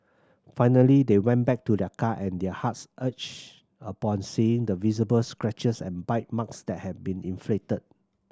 finally they went back to their car and their hearts ached upon seeing the visible scratches and bite marks that had been inflicted